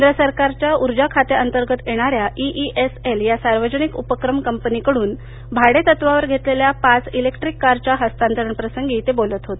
केंद्र सरकारच्या ऊर्जा खात्यांतर्गत येणाऱ्या ईईएसएल या सार्वजनिक उपक्रम कंपनीकडून भाडेतत्त्वावर घेतलेल्या पाच इलेक्ट्रिक कारच्या हस्तांतरण प्रसंगी ते बोलत होते